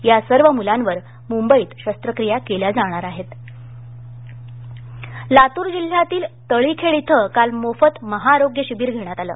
या सर्व मुलावर मुंबईत शस्त्रक्रिया केल्या जाणार आहेत आरोग्य शिवीर लातर लातूर जिल्ह्यातील तळीखेड इथं काल मोफत महाआरोग्य शिबीर घेण्यात आलं